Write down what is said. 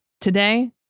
Today